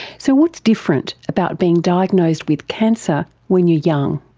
so what's different about being diagnosed with cancer when you're young?